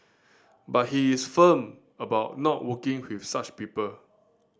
but he is firm about not working with such people